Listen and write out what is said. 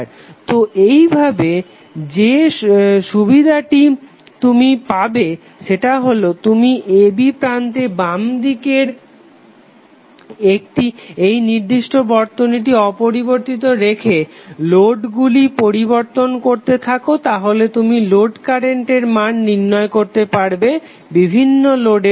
তো এই ভাবে যে সুবিধাটি তুমি পাবে সেটা হলো তুমি a b প্রান্তের বাম দিকের এই নির্দিষ্ট বর্তনীটি অপরিবর্তিত রেখে লোড গুলি পরিবর্তন করতে থাকো তাহলে তুমি লোড কারেন্টের মান নির্ণয় করতে পারবে বিভিন্ন লোডের জন্য